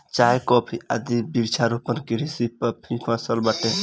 चाय, कॉफी आदि वृक्षारोपण कृषि कअ ही फसल बाटे